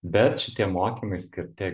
bet šitie mokymai skirti